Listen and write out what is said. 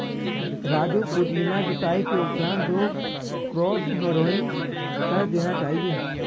राजू पुदीना जुताई के उपरांत दो क्रॉस हैरोइंग कर देना चाहिए